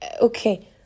Okay